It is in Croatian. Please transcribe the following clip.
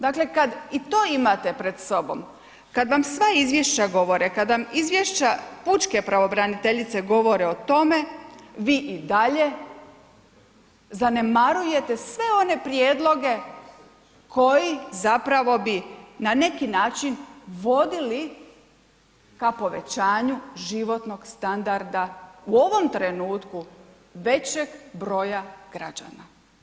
Dakle kad i to imate pred sobom, kada vam sva izvješća govore, kada vam izvješća pučke pravobraniteljice govore o tome vi i dalje zanemarujete sve one prijedloge koji zapravo bi na neki način vodili ka povećanju životnog standarda u ovom trenutku većeg broja građana.